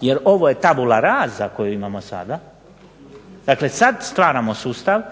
jer ovo je tabula rasa koju imamo sada, dakle sad stvaramo sustav